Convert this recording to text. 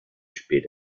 spät